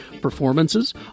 performances